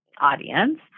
audience